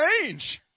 change